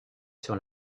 sur